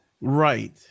Right